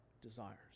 desires